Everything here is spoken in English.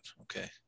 okay